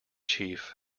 chief